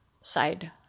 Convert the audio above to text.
Side